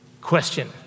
question